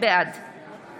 בעד